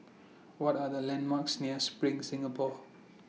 What Are The landmarks near SPRING Singapore